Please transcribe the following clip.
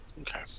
Okay